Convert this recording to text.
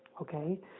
Okay